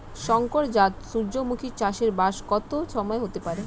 শংকর জাত সূর্যমুখী চাসে ব্যাস কত সময় হতে পারে?